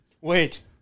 Wait